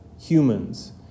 humans